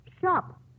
shop